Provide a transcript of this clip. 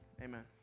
Amen